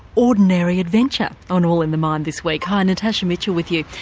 ordinary adventure on all in the mind this week. hi, natasha mitchell with you,